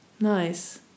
nice